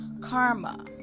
karma